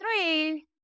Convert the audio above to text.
three